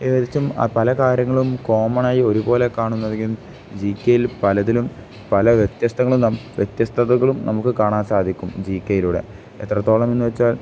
ഏകദേശം പല കാര്യങ്ങളും കോമണായി ഒരുപോലെ കാണുന്നതായിരിക്കും ജി കെ യിൽ പലതിലും പല വ്യത്യസ്തങ്ങളും വ്യത്യസ്തകളും നമുക്ക് കാണാൻ സാധിക്കും ജി കെ യിലൂടെ എത്രത്തോളം എന്ന് വെച്ചാൽ